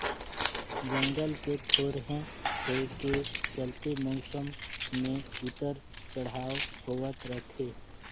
जंगल के थोरहें होए के चलते मउसम मे उतर चढ़ाव होवत रथे